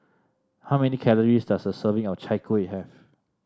how many calories does a serving of Chai Kueh have